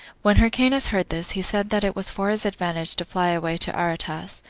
when hyrcanus heard this, he said that it was for his advantage to fly away to aretas.